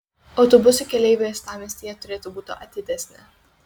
autobusų keleiviai uostamiestyje turėtų būti atidesni